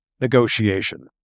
negotiation